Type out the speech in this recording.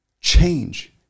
Change